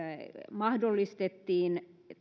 mahdollistettiin